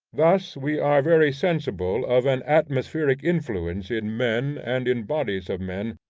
thus we are very sensible of an atmospheric influence in men and in bodies of men,